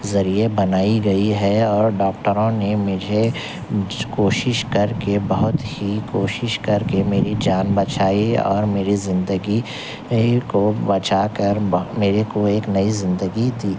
ذریعے بنائی گئی ہے اور ڈاکٹروں نے مجھے کوشش کر کے بہت ہی کوشش کر کے میری جان بچائی اور میری زندگی کو بچا کر میرے کو ایک نئی زندگی دی